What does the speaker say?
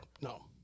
No